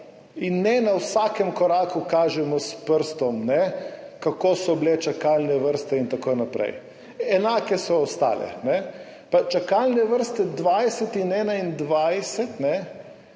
kažemo na vsakem koraku s prstom, kako so bile čakalne vrste in tako naprej. Enake so ostale. Čakalne vrste 2020 in 2021,